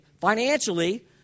financially